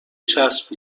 چسب